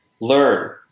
learn